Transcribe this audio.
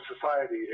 society